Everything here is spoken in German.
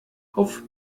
auf